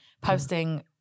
posting